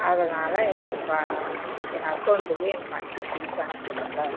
அதனால் என் ப என் அகௌண்ட்டுக்கு என் பணத்தை திருப்பி அனுப்ப முடியுங்களா